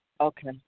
Okay